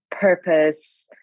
purpose